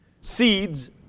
Seeds